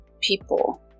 people